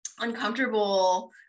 uncomfortable